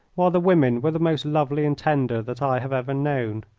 while the women were the most lovely and tender that i have ever known.